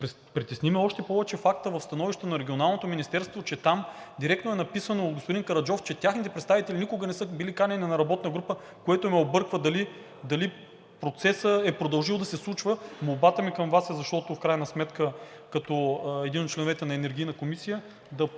Притесни ме още повече фактът в становището на Регионалното министерство, че там директно е написано от господин Караджов, че техните представители никога не са били канени на работна група, което ме обърква – дали процесът е продължил да се случва. Молбата ми към Вас е: като един от членовете на Енергийната комисия да дадете